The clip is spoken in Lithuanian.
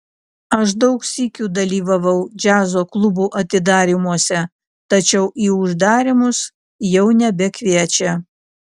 aš daug sykių dalyvavau džiazo klubų atidarymuose tačiau į uždarymus jau nebekviečia